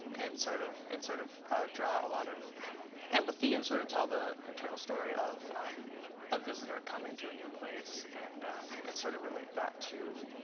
and sort of and sort of draw a lot of empathy, and sort of tell the internal story of a visitor coming to a new place, and and sort of relate that to